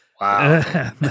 Wow